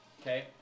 Okay